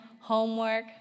homework